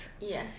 Yes